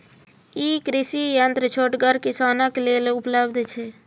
ई कृषि यंत्र छोटगर किसानक लेल उपलव्ध छै?